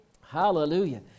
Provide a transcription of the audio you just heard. Hallelujah